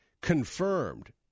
confirmed